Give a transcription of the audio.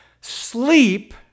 Sleep